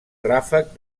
ràfec